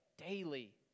daily